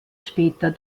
später